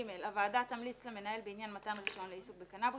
הוועדה תמליץ למנהל בעניין מתן רישיון לעיסוק בקנבוס,